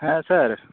ᱦᱮᱸ ᱥᱟᱨ